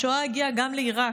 השואה הגיעה גם לעיראק.